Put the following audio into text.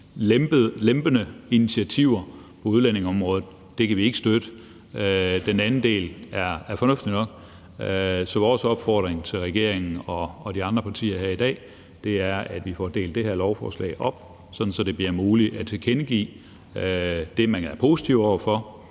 lempende initiativer på udlændingeområdet, og det kan vi ikke støtte. Den anden del er fornuftig nok. Så vores opfordring til regeringen og de andre partier her i dag er, at vi får delt det her lovforslag op, sådan at det bliver muligt at tilkendegive det, man er positiv over for,